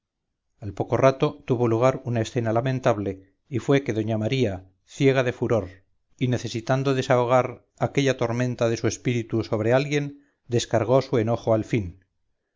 al poco rato tuvo lugar una escena lamentable y fue que doña maría ciega de furor y necesitando desahogar aquella tormenta de su espíritu sobre alguien descargó su enojo al fin